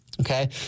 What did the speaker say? Okay